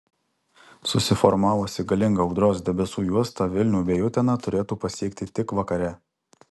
susiformavusi galinga audros debesų juosta vilnių bei uteną turėtų pasiekti tik vakare